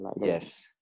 Yes